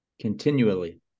Continually